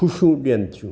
ख़ुशियूं ॾियनि थियूं